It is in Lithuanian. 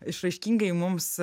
išraiškingai mums